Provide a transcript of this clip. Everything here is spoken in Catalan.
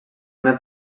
una